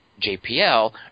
JPL